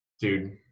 Dude